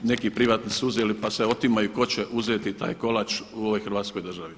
Neki privatni su uzeli pa se otimaju tko će uzeti taj kolač u ovoj Hrvatskoj državi.